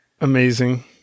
Amazing